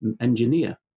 engineer